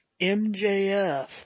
MJF